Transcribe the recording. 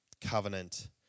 covenant